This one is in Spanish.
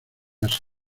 asia